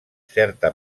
certa